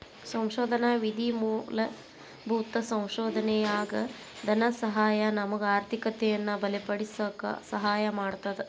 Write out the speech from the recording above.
ಸಂಶೋಧನಾ ನಿಧಿ ಮೂಲಭೂತ ಸಂಶೋಧನೆಯಾಗ ಧನಸಹಾಯ ನಮಗ ಆರ್ಥಿಕತೆಯನ್ನ ಬಲಪಡಿಸಕ ಸಹಾಯ ಮಾಡ್ತದ